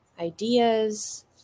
ideas